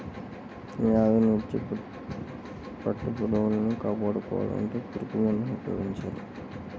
వ్యాధుల్నించి పట్టుపురుగుల్ని కాపాడుకోవాలంటే పురుగుమందుల్ని ఉపయోగించాల